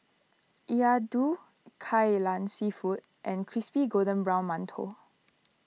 Kai Lan Seafood and Crispy Golden Brown Mantou